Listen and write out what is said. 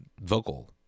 vocal